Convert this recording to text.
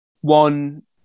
one